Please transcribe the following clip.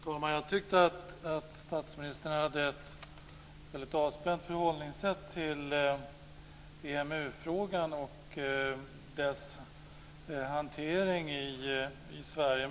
Fru talman! Jag tyckte att statsministern hade ett väldigt avspänt sätt att förhålla sig till EMU-frågans hantering i Sverige.